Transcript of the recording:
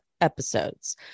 episodes